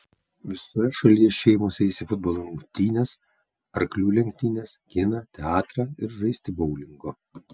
visoje šalyje šeimos eis į futbolo rungtynes arklių lenktynes kiną teatrą ir žaisti boulingo